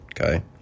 Okay